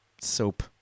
soap